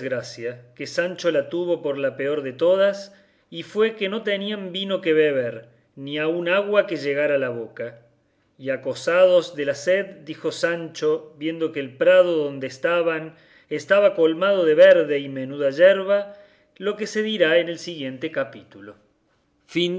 que sancho la tuvo por la peor de todas y fue que no tenían vino que beber ni aun agua que llegar a la boca y acosados de la sed dijo sancho viendo que el prado donde estaban estaba colmado de verde y menuda yerba lo que se dirá en el siguiente capítulo